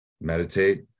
Meditate